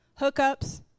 hookups